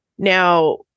Now